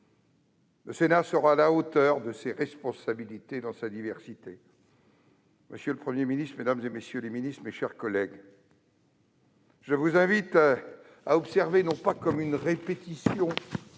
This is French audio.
diversité, sera à la hauteur de ses responsabilités. Monsieur le Premier ministre, mesdames, messieurs les ministres, mes chers collègues, je vous invite à observer, non pas comme une répétition